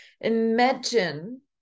imagine